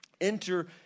enter